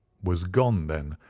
was gone, then,